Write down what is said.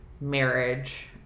marriage